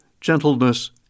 gentleness